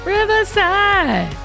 Riverside